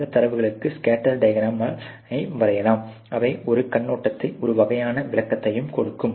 அந்த தரவுகளுக்கு ஸ்கேட்டர் டியாக்ராமை வரையலாம் அவை ஒரு கண்ணோடத்தையும் ஒரு வகையான விளக்கத்தையும் கொடுக்கும்